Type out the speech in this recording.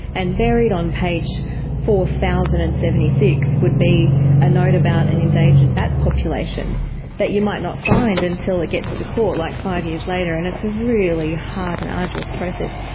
and buried on page four thousand and seventy six would be a note about an endangered bat population that you might not find until it gets to court like five years later, and it's really hard and arduous process.